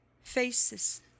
Faces